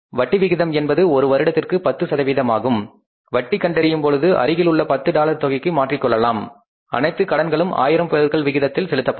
வட்டி விகிதம் என்பது ஒரு வருடத்திற்கு 10 சதவீதம் ஆகும் வட்டி கண்டறியும் பொழுது அருகிலுள்ள 10 டாலர் தொகைக்கு மாற்றப்படும் அனைத்து கடன்களும் ஆயிரம் பெருக்கல் விகிதத்தில் செலுத்தப்படும்